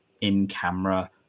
in-camera